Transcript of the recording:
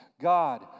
God